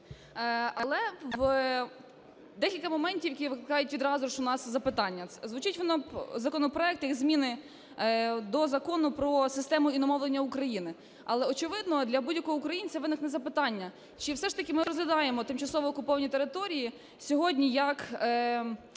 Але декілька моментів, які викликають відразу у нас запитання. Звучить законопроект як зміни до Закону "Про систему іномовлення України". Але, очевидно, для будь-якого українця виникне запитання: чи все ж таки ми розглядаємо тимчасово окуповані території сьогодні як